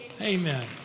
Amen